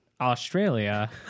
Australia